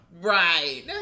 Right